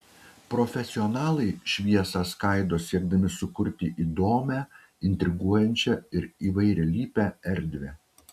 profesionalai šviesą skaido siekdami sukurti įdomią intriguojančią ir įvairialypę erdvę